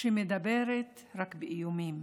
שמדברת רק באיומים,